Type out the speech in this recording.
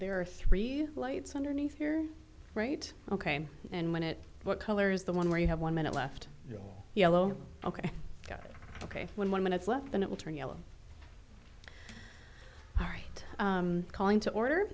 there are three lights underneath here right ok and when it what color is the one where you have one minute left yellow ok ok when one minutes left and it will turn yellow all right calling to order